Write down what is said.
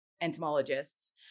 Entomologists